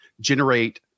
generate